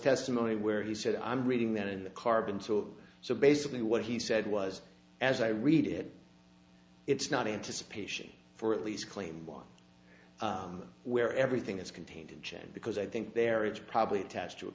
testimony where he said i'm reading that in the carbon talk so basically what he said was as i read it it's not anticipation for at least claim one where everything is contained in a chain because i think there is probably attached to a